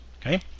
okay